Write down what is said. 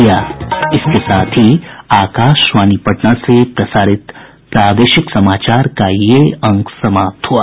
इसके साथ ही आकाशवाणी पटना से प्रसारित प्रादेशिक समाचार का ये अंक समाप्त हुआ